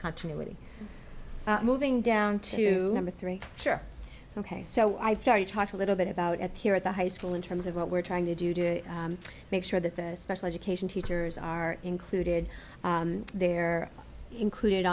continuity moving down to number three sure ok so i thought you talked a little bit about at here at the high school in terms of what we're trying to do to make sure that the special education teachers are included they're included